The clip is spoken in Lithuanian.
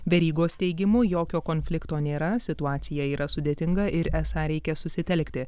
verygos teigimu jokio konflikto nėra situacija yra sudėtinga ir esą reikia susitelkti